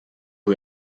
who